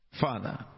Father